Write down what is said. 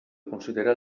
considera